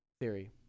theory